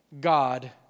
God